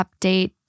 Update